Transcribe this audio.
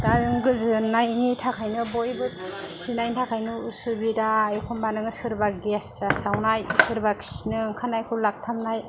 दा गोजोननायनि थाखायनो बयबो खिनायनि थाखायनो उसुबिदा एखनबा नोङो सोरबा गेस जासावनाय सोरबा खिनो ओंखारनायखौ लाखथाबनाय